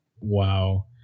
Wow